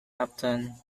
upton